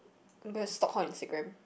I'm gonna stalk her Instagram